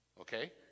Okay